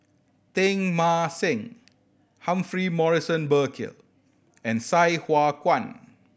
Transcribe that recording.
Teng Mah Seng Humphrey Morrison Burkill and Sai Hua Kuan